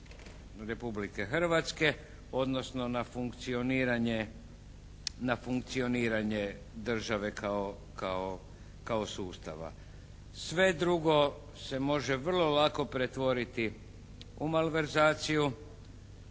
Republike Hrvatske, odnosno na funkcioniranje države kao sustava. Sve drugo se može vrlo lako pretvoriti u malverzaciju